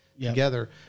together